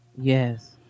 yes